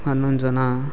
ಹನ್ನೊಂದು ಜನ